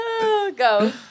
Go